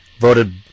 Voted